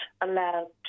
allowed